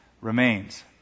remains